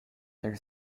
their